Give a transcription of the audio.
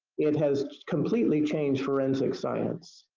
it has completely changed forensic science.